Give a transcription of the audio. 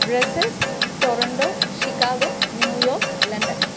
Brussels Toronto Chicago New York London